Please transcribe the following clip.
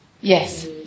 Yes